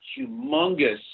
humongous